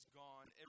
gone